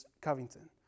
Covington